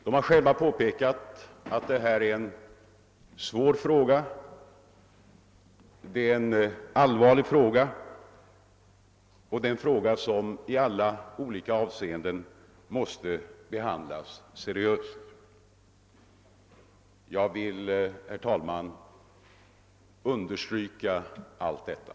De har själva påpekat att detta är en svår och allvarlig fråga, som i alla olika avseenden måste behandlas seriöst. Jag vill, herr talman, understryka allt detta.